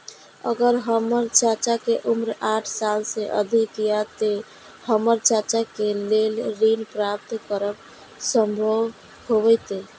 अगर हमर चाचा के उम्र साठ साल से अधिक या ते हमर चाचा के लेल ऋण प्राप्त करब संभव होएत?